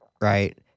Right